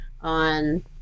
on